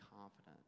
confident